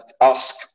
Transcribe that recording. ask